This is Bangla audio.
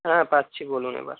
হ্যাঁ পাচ্ছি বলুন এবার